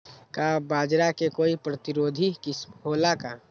का बाजरा के कोई प्रतिरोधी किस्म हो ला का?